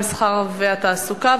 המסחר והתעסוקה,